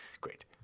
Great